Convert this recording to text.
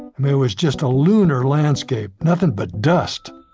and mean, it was just a lunar landscape, nothing but dust